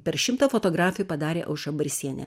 per šimtą fotografijų padarė aušra barysienė